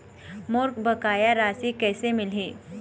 मोर बकाया राशि कैसे मिलही?